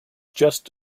just